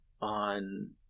on